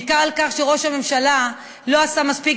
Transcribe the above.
בעיקר על כך שראש הממשלה לא עשה מספיק